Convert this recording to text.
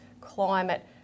climate